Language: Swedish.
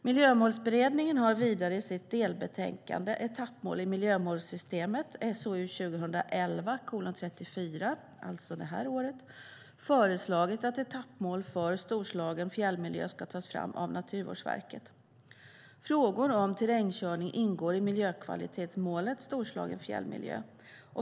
Miljömålsberedningen har vidare i sitt delbetänkande Etappmål i miljömålssystemet , alltså förra året, föreslagit att etappmål för Storslagen fjällmiljö ska tas fram av Naturvårdsverket. Frågor om terrängkörning ingår i miljökvalitetsmålet Storslagen fjällmiljö.